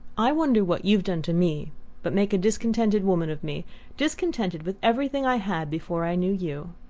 i wonder what you've done to me but make a discontented woman of me discontented with everything i had before i knew you?